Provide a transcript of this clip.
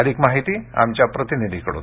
अधिक माहिती आमच्या प्रतिनिधीकडून